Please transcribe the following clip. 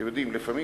אתם יודעים, לפעמים